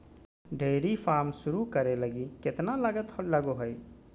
dairy farm शुरू करे लगी केतना लागत लगो हइ